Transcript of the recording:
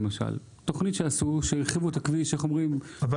למשל: תכנית שעשו להרחבת הכביש --- אני מבין שזו דוגמה,